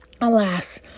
alas